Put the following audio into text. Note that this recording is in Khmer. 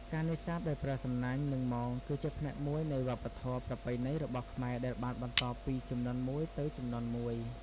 ការនេសាទដោយប្រើសំណាញ់ និងមងគឺជាផ្នែកមួយនៃវប្បធម៌ប្រពៃណីរបស់ខ្មែរដែលបានបន្តពីជំនាន់មួយទៅជំនាន់មួយ។